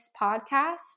podcast